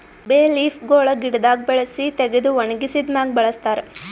ಬೇ ಲೀಫ್ ಗೊಳ್ ಗಿಡದಾಗ್ ಬೆಳಸಿ ತೆಗೆದು ಒಣಗಿಸಿದ್ ಮ್ಯಾಗ್ ಬಳಸ್ತಾರ್